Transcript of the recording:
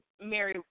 Mary